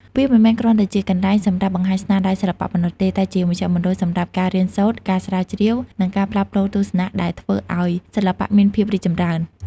វាមិនមែនគ្រាន់តែជាកន្លែងសម្រាប់បង្ហាញស្នាដៃសិល្បៈប៉ុណ្ណោះទេ តែជាមជ្ឈមណ្ឌលសម្រាប់ការរៀនសូត្រ ការស្រាវជ្រាវ និងការផ្លាស់ប្ដូរទស្សនៈដែលធ្វើឱ្យសិល្បៈមានភាពរីកចម្រើន។